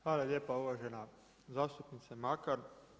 Hvala lijepa uvažena zastupnice Makar.